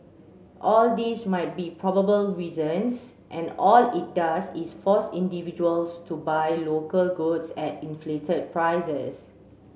all these might be probable reasons and all it does is force individuals to buy local goods at inflated prices